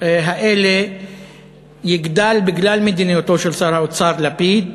האלה יגדל בגלל מדיניותו של שר האוצר לפיד,